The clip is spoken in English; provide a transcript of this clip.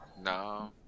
No